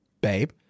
babe